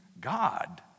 God